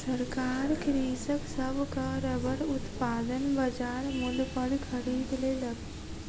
सरकार कृषक सभक रबड़ उत्पादन बजार मूल्य पर खरीद लेलक